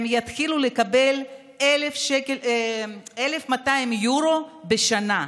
יתחילו לקבל 1,200 יורו בשנה.